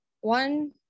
one